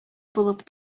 булып